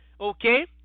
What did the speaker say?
okay